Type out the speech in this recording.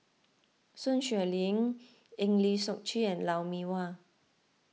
Sun Xueling Eng Lee Seok Chee Lou Mee Wah